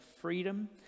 freedom